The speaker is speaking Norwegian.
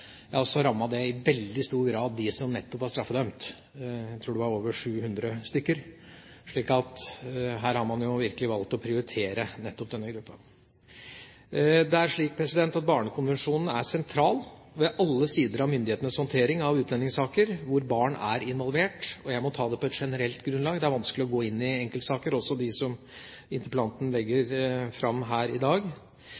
i veldig stor grad nettopp de som var straffedømt, det var de som ble rammet. Jeg tror det var over 700 stykker, så her har man jo virkelig valgt å prioritere nettopp denne gruppen. Barnekonvensjonen er sentral ved alle sider av myndighetenes håndtering av utlendingssaker hvor barn er involvert. Jeg må ta dette på generelt grunnlag, det er vanskelig å gå inn i enkeltsaker, også dem som interpellanten legger